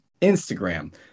Instagram